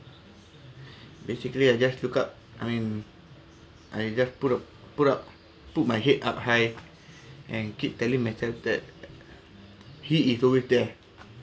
basically I just look up I mean I just put up put up put my head up high and keep telling myself that he is always there